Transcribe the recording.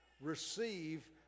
Receive